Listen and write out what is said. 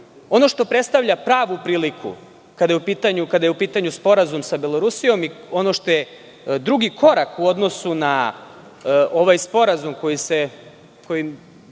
što predstavlja pravu priliku kada je u pitanju sporazum sa Belorusijom i ono što je drugi korak u odnosu na ovaj sporazum, koji ćemo